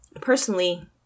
Personally